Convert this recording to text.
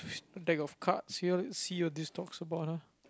deck of cards here see what this talks about ah